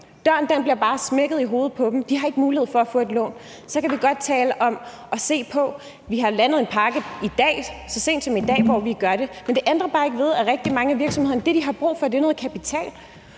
Døren bliver bare smækket i hovedet på dem. De har ikke mulighed for at få et lån. Så kan vi godt tale om, at vi så sent som i dag har landet en pakke i forhold til det. Men det ændrer bare ikke ved, at det, rigtig mange af virksomhederne har brug for, er noget kapital.